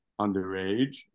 underage